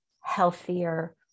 healthier